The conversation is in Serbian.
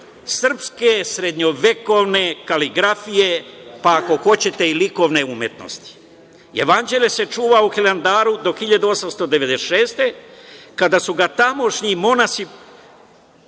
srpske srednjovekovne kaligrafije, pa ako hoćete i likovne umetnosti. Jevanđelje se čuva u Hilandaru do 1896. godine, kada su ga tamošnji monasi